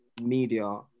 media